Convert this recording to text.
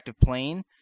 plane